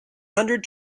hundred